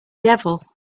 devil